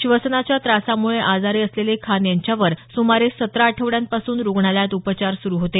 श्वसनाच्या त्रासामुळे आजारी असलेले खान यांच्यावर सुमारे सतरा आठवड्यांपासून रुग्णालयात उपचार सुरू होते